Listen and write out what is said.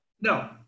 No